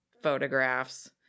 photographs